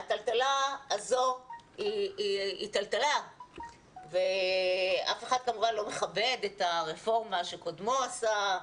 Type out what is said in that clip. הטלטלה הזו היא טלטלה ואף אחד כמובן לא מכבד את הרפורמה שקודמו עשה,